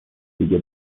دیگه